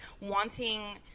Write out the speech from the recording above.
wanting